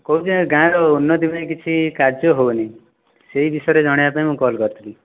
କହୁଛି ଆଜ୍ଞା ଗାଁର ଉନ୍ନତି ପାଇଁ କିଛି କାର୍ଯ୍ୟ ହେଉନି ସେହି ବିଷୟରେ ଜଣାଇବା ପାଇଁ ମୁଁ କଲ୍ କରିଥିଲି